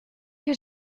que